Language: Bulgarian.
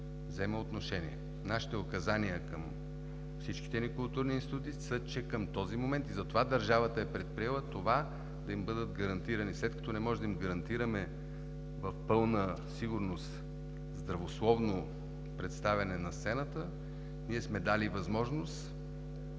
взема отношение. Нашите указания към всичките ни културни институти са, че към този момент – и затова държавата е предприела това, да им бъдат гарантирани. След като не можем да им гарантираме в пълна сигурност здравословно представяне на сцената. Ние сме дали възможност